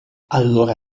allora